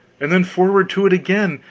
and then forward to it again,